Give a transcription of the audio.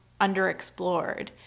underexplored